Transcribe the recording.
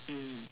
mm